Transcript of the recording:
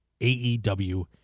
AEW